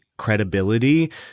credibility